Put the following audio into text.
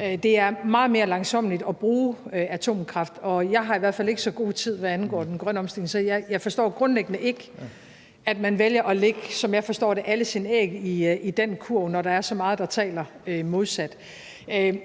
Det er meget mere langsommeligt at bruge atomkraft, og jeg har i hvert fald ikke så god tid, hvad angår den grønne omstilling. Så jeg forstår grundlæggende ikke, at man vælger, som jeg forstår det, at lægge alle sine æg i den kurv, når der er så meget, der taler imod det.